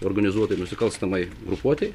organizuotai nusikalstamai grupuotei